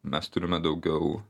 mes turime daugiau